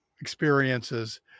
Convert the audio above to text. experiences